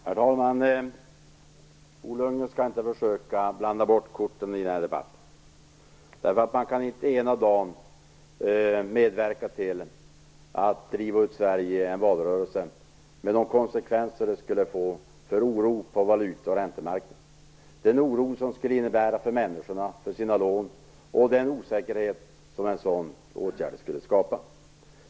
Herr talman! Bo Lundgren skall inte försöka blanda bort korten i den här debatten. Man kan medverka till att driva ut Sverige i en valrörelse med de konsekvenser som det skulle få i form av oro på valuta och räntemarknaden. Det skulle också inge människor oro för deras lån. Dessutom skulle en sådan åtgärd skapa osäkerhet.